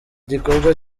gikorwa